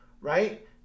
right